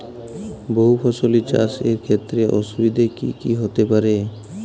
বহু ফসলী চাষ এর ক্ষেত্রে অসুবিধে কী কী হতে পারে?